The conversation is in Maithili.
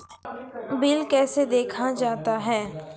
बिल कैसे देखा जाता हैं?